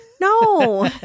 No